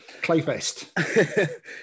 Clayfest